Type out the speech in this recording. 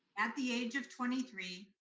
at the age of twenty three,